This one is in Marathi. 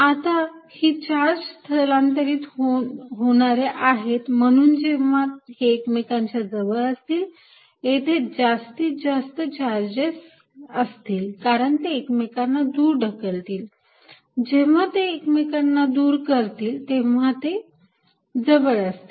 आता ही चार्ज स्थलांतरित होणाऱ्या आहेत म्हणून जेव्हा हे एकमेकांच्या जवळ असतील येथे जास्तीत जास्त चार्जेस असतील कारण ते एकमेकांना दूर ढकलतील जेव्हा ते एकमेकांना दूर करतील तेव्हा ते जवळ असतील